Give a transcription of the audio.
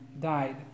died